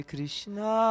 Krishna